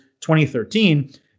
2013